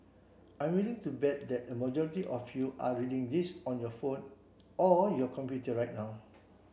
I'm willing to bet that a majority of you are reading this on your phone or your computer right now